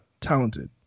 talented